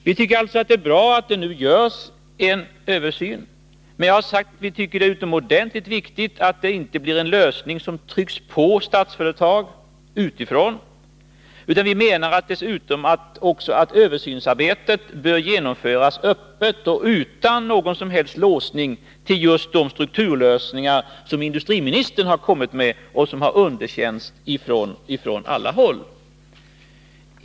Vi tycker alltså att det är bra att det nu görs en översyn, men jag har sagt att vi anser att det är utomordentligt viktigt att det inte blir en lösning som trycks på Statsföretag utifrån. Enligt vår åsikt bör också översynsarbetet utföras öppet och utan någon som helst låsning till just de strukturlösningar som industriministern har kommit med och som har underkänts på alla håll.